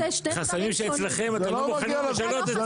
חסמים שאצלכם אתם לא מוכנים לשנות את זה,